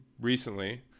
recently